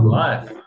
life